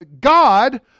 God